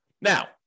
Now